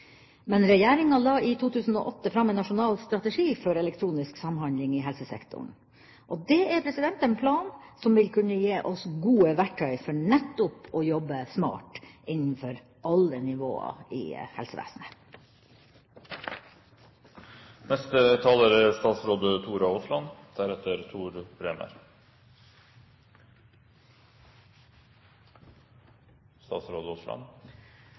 Men regjeringa la i 2008 fram en nasjonal strategi for elektronisk samhandling i helsesektoren. Det er en plan som vil kunne gi oss gode verktøy for nettopp å jobbe smart innenfor alle nivåer i helsevesenet. Jeg synes interpellantens tredeling, eller de tre dimensjonene som hun nevnte, er